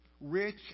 rich